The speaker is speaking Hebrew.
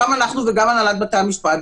גם אנחנו וגם הנהלת בתי המשפט,